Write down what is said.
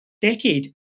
decade